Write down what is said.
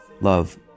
Love